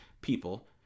people